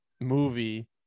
movie